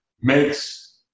makes